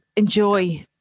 enjoy